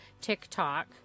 TikTok